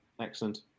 Excellent